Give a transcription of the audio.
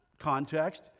context